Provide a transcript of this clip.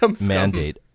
mandate